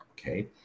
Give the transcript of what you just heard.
Okay